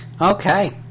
okay